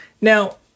Now